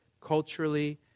culturally